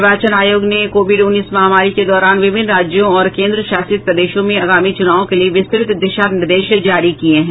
निर्वाचन आयोग ने कोविड उन्नीस महामारी के दौरान विभिन्न राज्यों और केन्द्रशासित प्रदेशों में आगामी चुनावों के लिए विस्तृत दिशा निर्देश जारी किये हैं